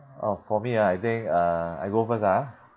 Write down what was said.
oh for me ah I think uh I go first ah